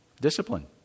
Discipline